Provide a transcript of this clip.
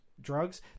drugs